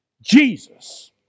Jesus